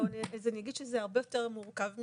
זה הרבה יותר מורכב מזה,